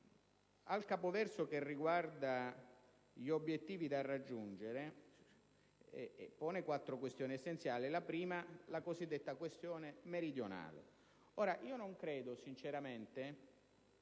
al capoverso che riguarda gli obiettivi da raggiungere pone quattro questioni essenziali e la prima è la cosiddetta questione meridionale. Non credo sinceramente